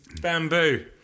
bamboo